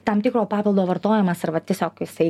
tam tikro papildo vartojimas arba tiesiog jisai